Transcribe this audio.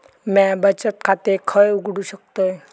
म्या बचत खाते खय उघडू शकतय?